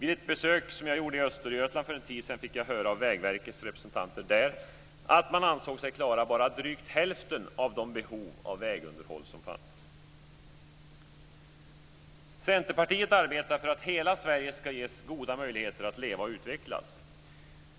Vid ett besök som jag gjorde i Östergötland för en tid sedan fick jag höra av Vägverkets representanter där att man ansåg sig klara bara drygt hälften av de behov av vägunderhåll som fanns. Centerpartiet arbetar för att hela Sverige ska ges goda möjligheter att leva och utvecklas.